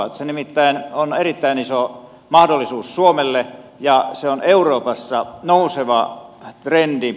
se nimittäin on erittäin iso mahdollisuus suomelle ja se on euroopassa nouseva trendi